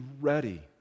ready